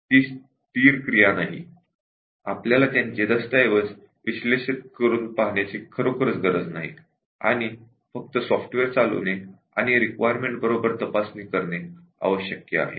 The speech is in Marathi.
ती स्थिर क्रिया नाही आपल्याला फक्त सॉफ्टवेअर एक्झिक्युट करणे आवश्यक आहे आणि त्याची रिक्वायरमेंट बरोबर तपासणी करणे आवश्यक आहे